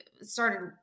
started